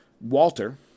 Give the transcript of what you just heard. Walter